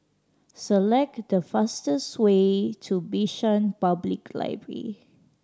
select the fastest way to Bishan Public Library